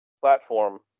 platform